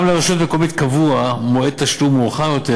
גם לרשות מקומית קבוע מועד תשלום מאוחר יותר